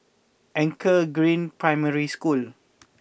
Anchor Green Primary School